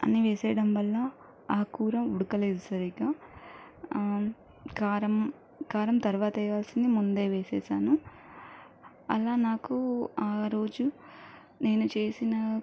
అన్నీ వేసేయడం వల్ల ఆ కూర ఉడకలేదు సరిగ్గా కారం కారం తరువాత వేయాల్సింది ముందే వేసేసాను అలా నాకు ఆరోజు నేను చేసిన